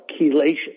chelation